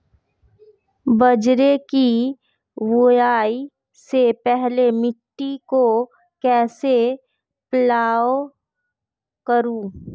बाजरे की बुआई से पहले मिट्टी को कैसे पलेवा करूं?